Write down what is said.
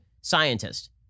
scientist